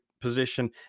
position